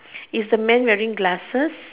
is the man wearing glasses